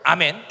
Amen